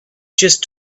just